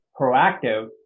proactive